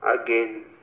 again